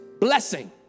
blessing